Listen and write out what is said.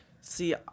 See